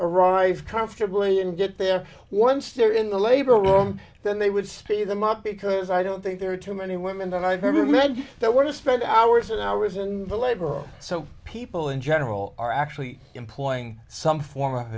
arrive comfortably and get there once they're in the labor warm then they would speed them up because i don't think there are too many women that i've heard you mention that want to spend hours and hours in the labor so people in general are actually employing some form of